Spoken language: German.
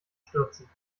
stürzen